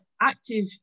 active